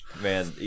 Man